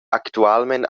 actualmein